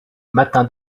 matin